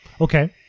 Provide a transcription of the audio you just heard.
Okay